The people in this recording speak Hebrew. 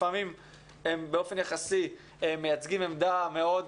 לפעמים הם באופן יחסי מייצגים עמדה מאוד